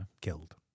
killed